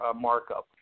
markup